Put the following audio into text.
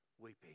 weeping